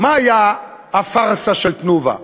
מה הייתה הפארסה של "תנובה"?